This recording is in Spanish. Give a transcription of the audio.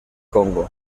congo